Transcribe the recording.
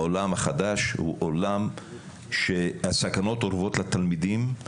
העולם החדש הוא עולם שהסכנות אורבות בו לתלמידים,